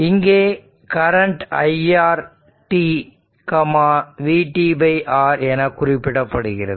இங்கே current iR vtR என குறிப்பிடப்படுகிறது